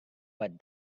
but